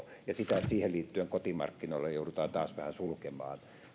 ja siihen liittyen kotimarkkinoilla joudutaan taas vähän sulkemaan